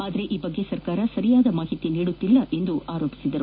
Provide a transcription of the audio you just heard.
ಆದರೆ ಈ ಬಗ್ಗೆ ಸರ್ಕಾರ ಸರಿಯಾದ ಮಾಹಿತಿ ನೀಡುತ್ತಿಲ್ಲ ಎಂದು ಅವರು ಆರೋಪಿಸಿದರು